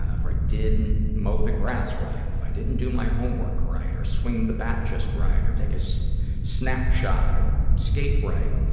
ah if i didn't mow the grass right, and if i didn't do my homework right or swing the bat just right or take a so snapshot or skate right,